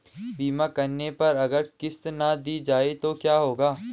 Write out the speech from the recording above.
बीमा करने पर अगर किश्त ना दी जाये तो क्या होगा?